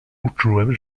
uczułem